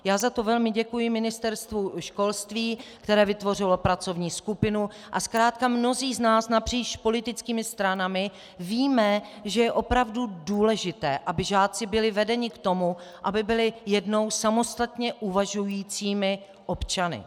Já za to velmi děkuji Ministerstvu školství, které vytvořilo pracovní skupinu, a zkrátka mnozí z nás napříč politickými stranami víme, že je opravdu důležité, aby žáci byli vedeni k tomu, aby byli jednou samostatně uvažujícími občany.